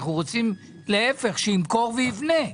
אנחנו רוצים שימכור ויבנה.